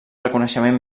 reconeixement